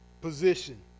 position